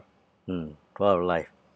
mm throughout our life